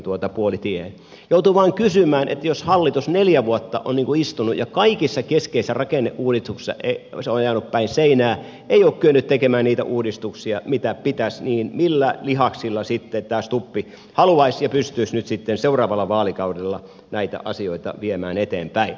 joutuu vain kysymään että jos hallitus on neljä vuotta istunut ja kaikissa keskeisissä rakenneuudistuksissa se on ajanut päin seinää ei ole kyennyt tekemään niitä uudistuksia mitä pitäisi niin millä lihaksilla sitten tämä stubb haluaisi ja pystyisi nyt seuraavalla vaalikaudella näitä asioita viemään eteenpäin